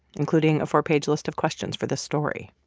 including a four-page list of questions for this story.